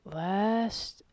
last